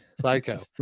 psycho